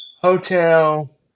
Hotel